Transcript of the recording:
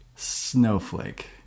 Snowflake